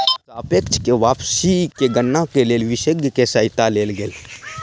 सापेक्ष वापसी के गणना के लेल विशेषज्ञ के सहायता लेल गेल